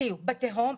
בדיוק, בתהום.